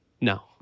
No